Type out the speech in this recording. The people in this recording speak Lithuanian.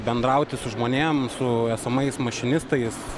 bendrauti su žmonėm su esamais mašinistais